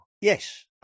Yes